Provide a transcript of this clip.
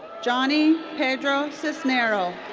johnny pedro cisnero.